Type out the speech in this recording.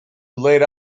laid